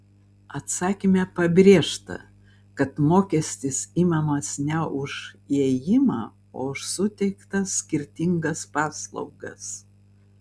atsakyme pabrėžta kad mokestis imamas ne už įėjimą o už suteiktas skirtingas paslaugas